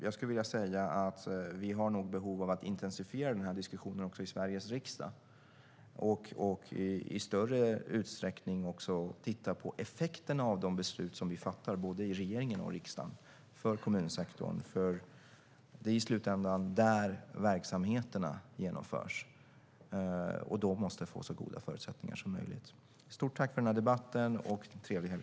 Jag skulle vilja säga att vi nog har behov av att intensifiera diskussionen också i Sveriges riksdag och i större utsträckning titta på effekterna av de beslut som vi fattar i både regeringen och riksdagen för kommunsektorn. Det är ju i slutändan där verksamheterna genomförs, och kommunerna måste få så goda förutsättningar som möjligt. Stort tack för debatten och trevlig helg!